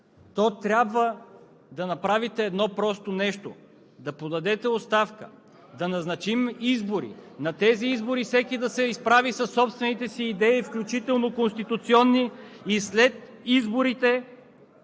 то трябва да направите едно просто нещо – да подадете оставка, да назначим избори, на тези избори всеки да се изправи със собствените си идеи, включително конституционни, и след изборите